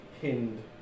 pinned